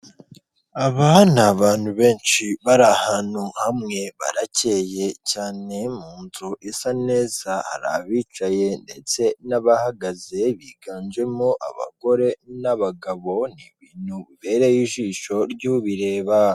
Aba ni abantu benshi bari ahantu hamwe, barakeye cyane mu nzu isa neza, hari abicaye ndetse n'abahagaze biganjemo abagore n'abagabo, ni ibintu bibereye ijisho ry'ubireba.